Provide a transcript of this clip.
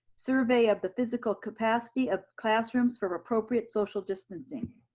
survey of the physical capacity of classrooms for appropriate social distancing.